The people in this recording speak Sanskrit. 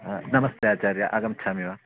हा नमस्ते आचार्य आगमिष्यामि वा